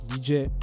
DJ